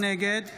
נגד